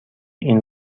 این